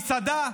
מסעדה,